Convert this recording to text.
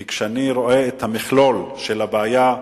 כי כשאני רואה את המכלול של הבעיה,